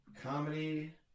Comedy